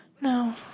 No